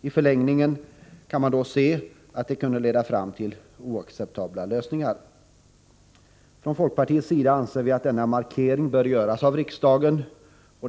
Man kan befara att det i förlängningen kan leda fram till oacceptabla lösningar. Från folkpartiets sida anser vi att denna markering bör göras av riksdagen.